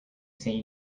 say